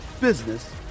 business